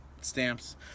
stamps